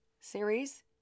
series